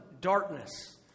darkness